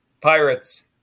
Pirates